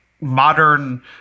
modern